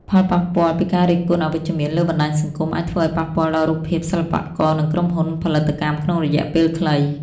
ផលប៉ះពាល់ពីការរិះគន់អវិជ្ជមានលើបណ្តាញសង្គម អាចធ្វើឱ្យប៉ះពាល់ដល់រូបភាពសិល្បករ និងក្រុមហ៊ុនផលិតកម្មក្នុងរយៈពេលខ្លី។